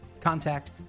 contact